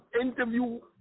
interview